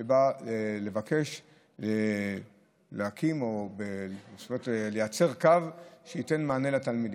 שבא לבקש להקים ולייצר קו שייתן מענה לתלמידים.